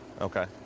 Okay